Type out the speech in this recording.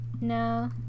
No